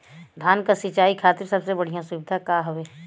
धान क सिंचाई खातिर सबसे बढ़ियां सुविधा का हवे?